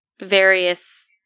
various